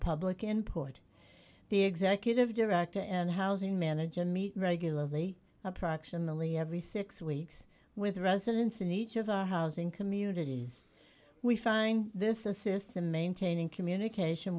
public input the executive director and housing manager meet regularly approximately every six weeks with residents in each of our housing communities we find this a system maintaining communication